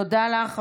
תודה לך.